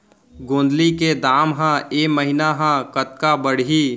गोंदली के दाम ह ऐ महीना ह कतका बढ़ही?